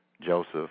Joseph